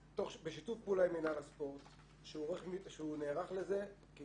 בשיתוף פעולה עם מינהל הספורט שהוא נערך לזה.